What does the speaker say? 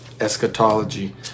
eschatology